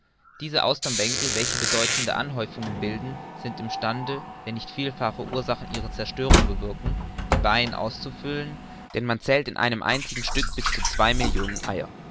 diese austernbänke welche bedeutende anhäufungen bilden sind im stande wenn nicht vielfache ursachen ihre zerstörung bewirken die baien auszufüllen denn man zählt in einem einzigen stück bis zwei millionen eier